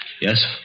Yes